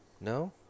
No